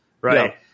right